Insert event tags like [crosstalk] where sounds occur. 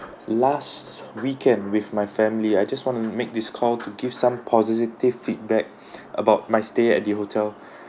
last weekend with my family I just want to make this call to give some positive feedback [breath] about my stay at the hotel